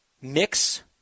mix